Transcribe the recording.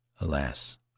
Alas